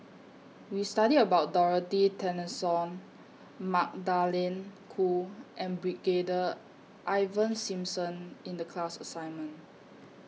We studied about Dorothy Tessensohn Magdalene Khoo and Brigadier Ivan Simson in The class assignment